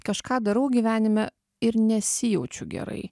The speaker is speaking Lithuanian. kažką darau gyvenime ir nesijaučiu gerai